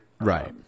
Right